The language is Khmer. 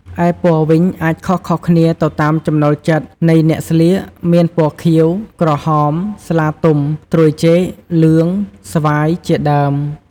ឯពណ៌វិញអាចខុសៗគ្នាទៅតាមចំណូលចិត្តនៃអ្នកស្លៀក មានពណ៌ខៀវ, ក្រហម, ស្លាទុំ, ត្រួយចេក, លឿង, ស្វាយ ជាដើម។